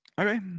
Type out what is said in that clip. Okay